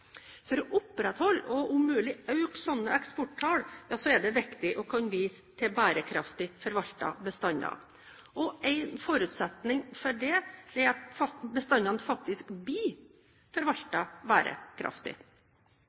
For å opprettholde og om mulig øke slike eksporttall er det viktig å kunne vise til bærekraftig forvaltede bestander. Og en forutsetning for det er at bestandene faktisk blir forvaltet bærekraftig.